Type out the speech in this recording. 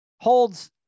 Holds